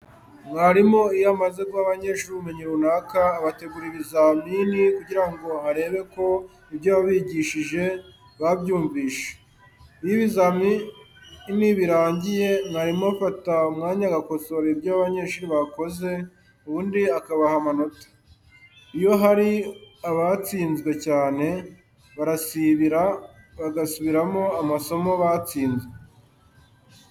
Mwarimu iyo amaze guha abanyeshuri ubumenyi runaka, abategurira ibizamini kugira ngo arebe ko ibyo yabigishije babyumvishe, iyo ibizamini birangiye, mwarimu afata umwanya agakosora ibyo abanyeshuri bakoze ubundi akabaha amanota. Iyo hari abatsinzwe cyane barasibira bagasubiramo amasomo batsinzwe.